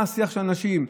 מה השיח של האנשים?